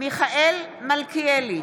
מיכאל מלכיאלי,